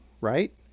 right